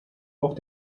auch